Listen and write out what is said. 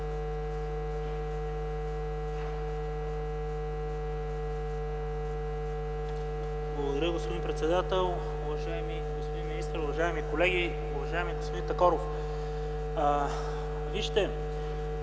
Благодаря, господин председател. Уважаеми господин министър, уважаеми колеги! Уважаеми господин Такоров, вижте,